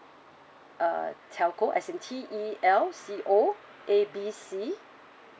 uh telco as in T E L C O A B C